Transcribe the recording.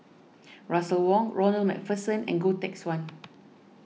Russel Wong Ronald MacPherson and Goh Teck Swan